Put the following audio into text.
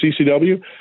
CCW